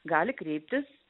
gali kreiptis